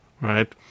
right